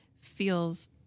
feels